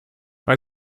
bei